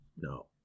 no